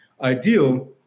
ideal